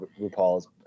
RuPaul's